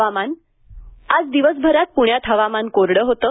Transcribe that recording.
हवामान आज दिवसभरात प्ण्यात हवामान कोरडं होतं